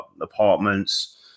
apartments